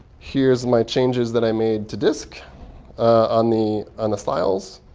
here's my changes that i made to disk on the on the styles.